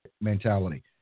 mentality